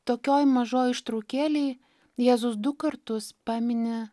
tokioj mažoj ištraukėlėj jėzus du kartus pamini